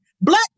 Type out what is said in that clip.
Black